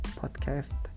podcast